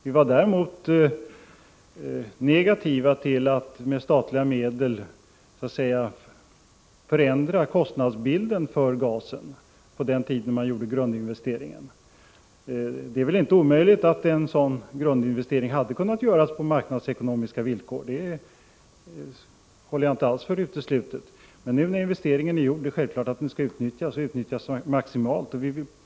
Vi var däremot negativa till att med statliga medel förändra kostnadsbilden för gasen då grundinvesteringen gjordes. Det är väl inte omöjligt att en sådan grundinvestering hade kunnat göras på marknadsekonomiska villkor. Det håller jag inte alls för uteslutet. Men nu när investeringen är gjord, skall den självfallet utnyttjas maximalt.